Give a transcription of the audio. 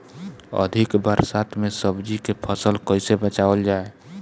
अधिक बरसात में सब्जी के फसल कैसे बचावल जाय?